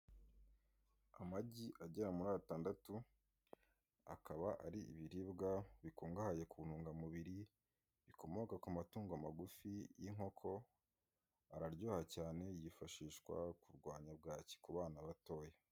Amagi agera muri atandatu akaba ar ibiribwa bikungahaye ku ntungamubiri bikomoka kumatungo magufi y'inkoko araryoha cyane yifashishwa kurwanya bwaki ku bana batoya.